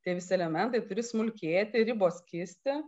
tie visi elementai turi smulkėti ribos kisti